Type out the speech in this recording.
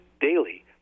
daily